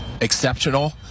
exceptional